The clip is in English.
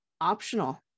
optional